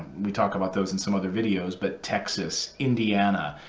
we talk about those in some other videos, but texas, indiana,